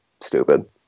stupid